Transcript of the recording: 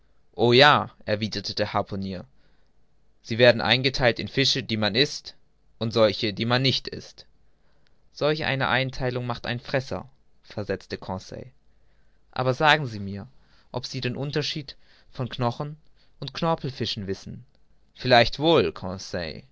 o ja erwiderte der harpunier sie werden eingetheilt in fische die man ißt und solche die man nicht ißt solch eine eintheilung macht ein fresser versetzte conseil aber sagen sie mir ob sie den unterschied von knochen und knorpel fischen wissen vielleicht